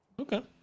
Okay